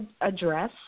address